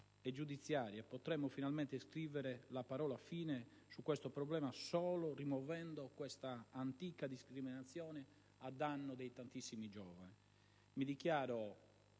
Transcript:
e giudiziarie potremmo finalmente scrivere le parola fine su questo problema solo rimuovendo questa antica discriminazione a danno di tantissimi giovani. Mi dichiaro